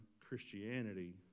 Christianity